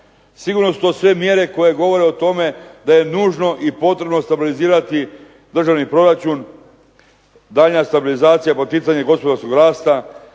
Sigurno su to sve mjere koje govore o tome da je nužno i potrebno stabilizirati državni proračun, daljnja stabilizacija i poticanje gospodarskog rasta